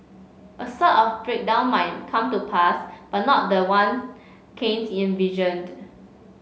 a sort of breakdown might come to pass but not the one Keynes envisioned